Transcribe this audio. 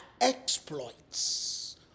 exploits